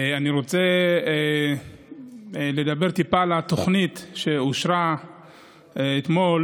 אני רוצה לדבר טיפה על התוכנית שאושרה אתמול,